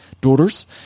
daughters